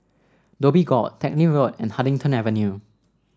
Dhoby Ghaut Teck Lim Road and Huddington Avenue